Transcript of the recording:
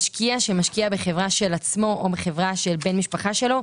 משקיע שמשקיע בחברה של עצמו או בחברה של בן משפחה שלו,